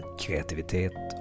kreativitet